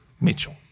Mitchell